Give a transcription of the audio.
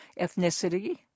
ethnicity